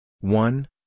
one